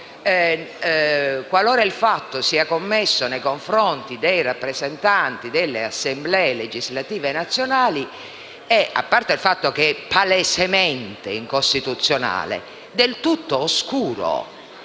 qualora il fatto sia commesso nei confronti dei rappresentanti delle Assemblee legislative nazionali, a parte il fatto che è palesemente incostituzionale, è del tutto oscura.